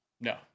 no